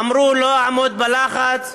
אמרו שלא אעמוד בלחץ,